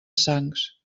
sangs